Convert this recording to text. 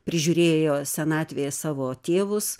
prižiūrėjo senatvėje savo tėvus